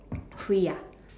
free ah